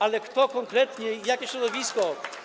Ale kto konkretnie i jakie środowisko?